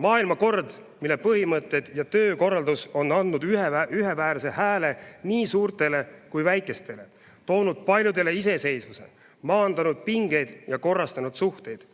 Maailmakord, mille põhimõtted ja töökorraldus on andnud üheväärse hääle nii suurtele kui ka väikestele, toonud paljudele iseseisvuse, maandanud pingeid ja korrastanud suhteid,